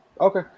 okay